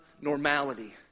normality